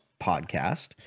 Podcast